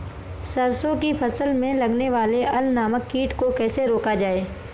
सरसों की फसल में लगने वाले अल नामक कीट को कैसे रोका जाए?